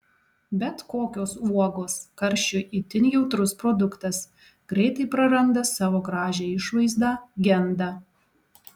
bet kokios uogos karščiui itin jautrus produktas greitai praranda savo gražią išvaizdą genda